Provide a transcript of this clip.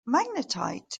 magnetite